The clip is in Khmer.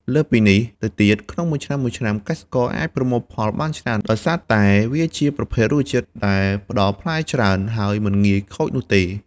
លើសពីនេះទៅទៀត ក្នុងមួយឆ្នាំៗកសិករអាចប្រមូលផលបានច្រើន ដោយសារតែវាជាប្រភេទរុក្ខជាតិដែលផ្ដល់ផ្លែច្រើន ហើយមិនងាយខូចនោះទេ។